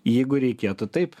jeigu reikėtų taip